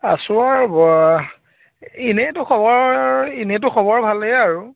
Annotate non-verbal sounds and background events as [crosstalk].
আছোঁ আৰু [unintelligible] এনেইতো খবৰ এনেইতো খবৰ ভালেই আৰু